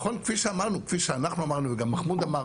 כפי שאנחנו אמרנו וגם מחמוד אמר,